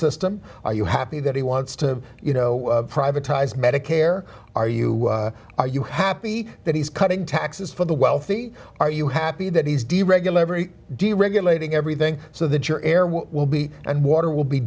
system are you happy that he wants to you know privatized medicare are you are you happy that he's cutting taxes for the wealthy are you happy that he's deregulate deregulating everything so that your air will be and water will be